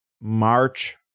March